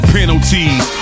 Penalties